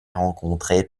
rencontrées